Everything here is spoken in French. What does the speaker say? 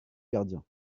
gardien